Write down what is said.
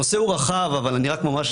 הנושא הוא רחב, אבל אני רק אמקד.